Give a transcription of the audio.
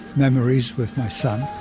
memories with my son,